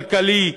כלכלי,